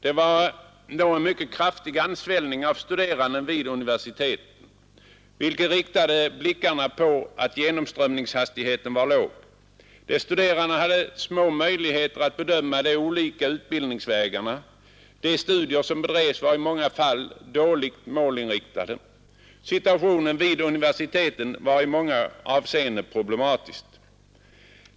Det var då en mycket kraftig ansvällning av studerande vid universiteten, vilket riktade blickarna på att genomströmningshastigheten var låg. De studerande hade små möjligheter att bedöma de olika utbildningsvägarna. De studier som bedrevs var i många fall dåligt målinriktade. Situationen vid universiteten var i många avseenden problematisk.